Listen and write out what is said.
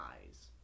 eyes